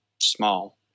small